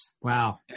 Wow